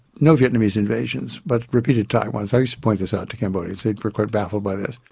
no vietnamese invasions but repeated thai ones. i used to point this out to cambodians who were quite baffled by this.